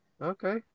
Okay